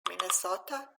minnesota